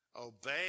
obey